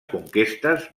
conquestes